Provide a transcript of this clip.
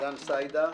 דן סידה,